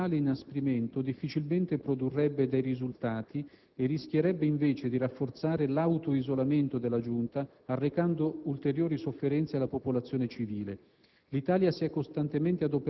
non è accettabile, in quanto tale inasprimento difficilmente produrrebbe dei risultati e rischierebbe invece di rafforzare l'autoisolamento della giunta, arrecando ulteriori sofferenze alla popolazione civile.